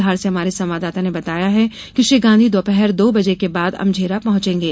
धार से हमारे संवाददाता ने बताया है कि श्री गांधी दोपहर दो बजे के बाद अमझेरा पहॅचेंगे